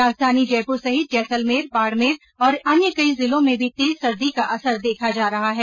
राजधानी जयपुर सहित जैसलमेर बाड़मेर और अन्य कई जिलों में भी तेज सर्दी का असर देखा जा रहा है